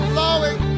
Flowing